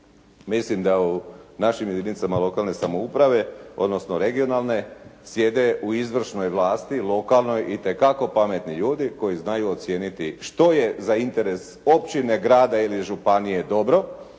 Mislim da u našim jedinicama lokalne samouprave, odnosno regionalne sjede u izvršnoj vlasti, lokanoj, itekako pametni ljudi koji znaju ocijeniti što je za interes općine, grada ili županije dobro,